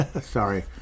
sorry